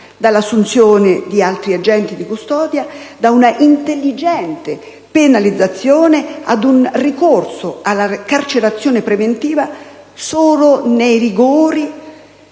dall'assunzione di altri agenti di custodia, da un'intelligente depenalizzazione e da un ricorso alla carcerazione preventiva solo nei rigorosi